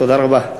תודה רבה.